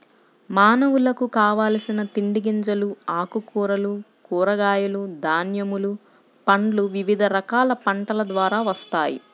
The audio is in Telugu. మానవులకు కావలసిన తిండి గింజలు, ఆకుకూరలు, కూరగాయలు, ధాన్యములు, పండ్లు వివిధ రకాల పంటల ద్వారా వస్తాయి